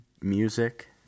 Music